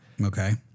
Okay